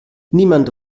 niemand